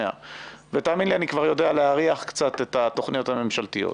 ותאמין לי אני כבר יודע להריח קצת את התוכניות הממשלתיות.